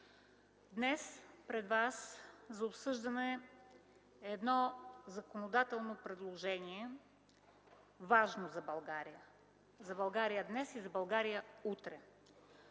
Днес пред вас за обсъждане е едно законодателно предложение – важно за България, за България днес и за България утре.